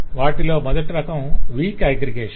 వాటిలో మొదటి రకం వీక్ అగ్రిగేషన్